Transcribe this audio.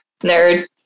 Nerd